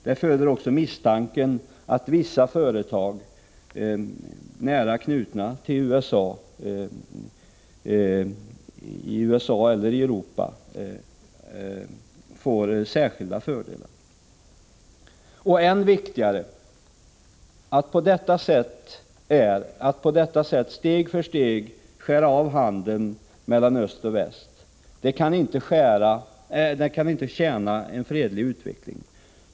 Det föder också misstanken att vissa företag som är nära knutna till USA — i USA eller Europa — får särskilda fördelar. Och än viktigare: Att på detta sätt steg för steg skära av handeln mellan öst och väst kan inte tjäna en fredlig utveckling.